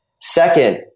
Second